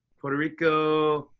puerto rico.